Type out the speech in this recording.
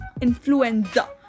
Influenza